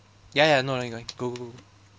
ya ya no worry no worry go go go go